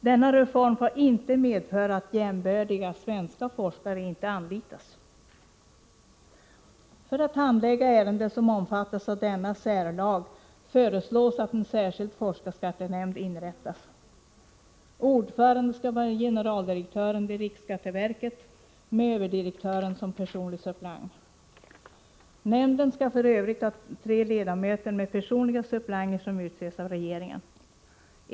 Denna reform får inte medföra att jämbördiga svenska forskare inte anlitas. För att handlägga ärenden som omfattas av denna särlag föreslås att en särskild forskarskattenämnd inrättas. Ordföranden skall vara generaldirektören vid riksskatteverket med överdirektören i verket som personlig suppleant. Nämnden skall f. ö. ha tre ledamöter med personliga suppleanter som utses av regeringen.